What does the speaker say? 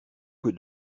que